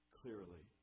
clearly